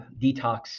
detox